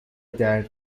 درد